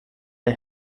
der